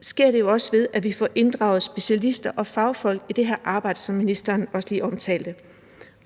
sker det jo også ved, at vi får inddraget specialister og fagfolk i det her arbejde, som ministeren også lige omtalte.